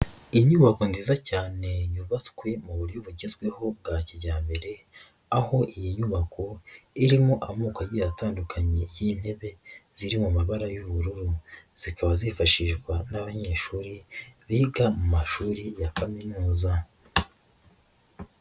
Inyubako nziza cyane yubatswe mu buryo bugezweho bwa kijyambere aho iyi nyubako irimo amoko atandukanye y'intebe ziri mu mabara y'ubururu, zikaba zifashishwa n'abanyeshuri biga mu mashuri ya kaminuza.